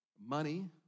money